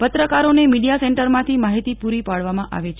પત્રકારોને મીડીયા સેન્ટરમાંથી માહીતી પૂરી પાડવામાં આવે છે